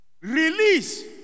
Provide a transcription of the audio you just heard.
release